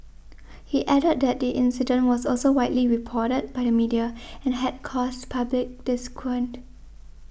he added that the incident was also widely reported by the media and had caused public disquiet